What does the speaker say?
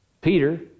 Peter